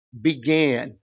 began